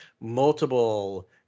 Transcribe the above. multiple